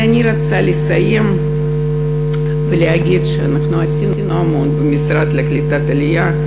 אני רוצה לסיים ולהגיד שאנחנו עשינו המון במשרד לקליטת העלייה,